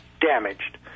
damaged